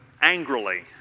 angrily